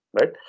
right